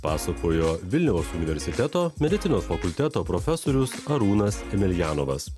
pasakojo vilniaus universiteto medicinos fakulteto profesorius arūnas emeljanovas